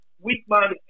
weak-minded